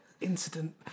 Incident